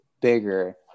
bigger